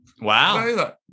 Wow